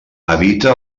habita